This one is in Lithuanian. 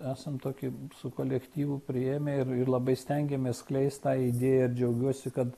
esam tokį su kolektyvu priėmę ir ir labai stengiamės skleist tą idėją ir džiaugiuosi kad